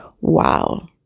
Wow